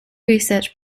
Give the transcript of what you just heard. research